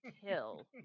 hill